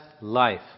life